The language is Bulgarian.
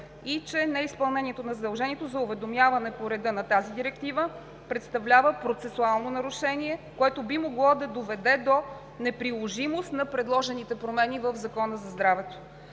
и че неизпълнението на задължението за уведомяване по реда на тази директива представлява процесуално нарушение, което би могло да доведе до неприложимост на предложените промени в Закона за здравето.